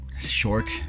short